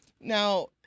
Now